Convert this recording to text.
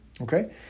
okay